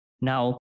Now